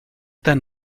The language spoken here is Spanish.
tan